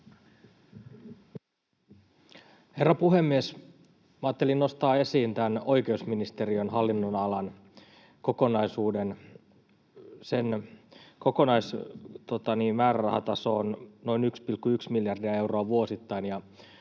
Herra puhemies! Ajattelin nostaa esiin tämän oikeusministeriön hallinnonalan kokonaisuuden. Sen kokonaismäärärahataso on noin 1,1 miljardia euroa vuosittain,